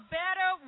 better